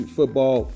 Football